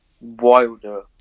Wilder